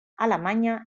alemanya